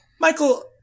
Michael